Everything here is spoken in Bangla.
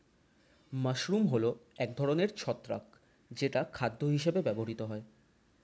মাশরুম হল এক ধরনের ছত্রাক যেটা খাদ্য হিসেবে ব্যবহৃত হয়